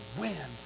win